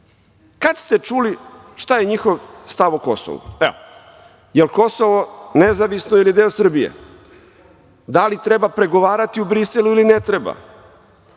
Kada ste čuli šta je njihov stav o Kosovu? Je l' Kosovo nezavisno ili deo Srbije? Da li treba pregovarati u Briselu ili ne treba?